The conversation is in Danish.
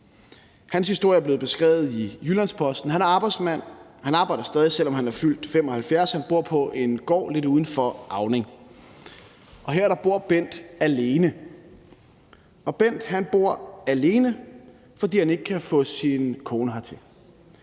Hans historie er blevet beskrevet i Jyllands-Posten. Han arbejdsmand, og han arbejder stadig, selv om han er fyldt 75 år. Han bor på en gård lidt uden for Auning, og her bor Bent alene, og Bent bor alene, fordi han ikke kan få sin kone hertil,